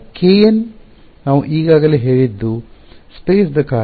kn ನಾವು ಈಗಾಗಲೇ ಹೇಳಿದ್ದು ಬಾಹ್ಯಾಕಾಶದ ಸ್ಪೇಸ್ ದ ಕಾರ್ಯ